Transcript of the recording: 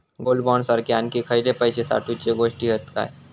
Gold bond सारखे आणखी खयले पैशे साठवूचे गोष्टी हत काय?